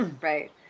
Right